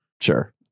Sure